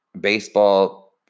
baseball